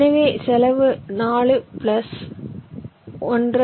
எனவே செலவு 4 பிளஸ் 1